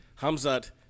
Hamzat